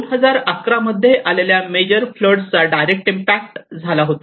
2011 मध्ये आलेल्या major flood चा डायरेक्ट इम्पॅक्ट झाला होता